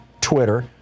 Twitter